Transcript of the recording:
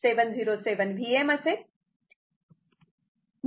तेव्हा मी हे देखील साफ करतो